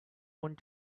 want